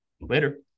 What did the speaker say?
Later